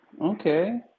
okay